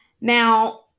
now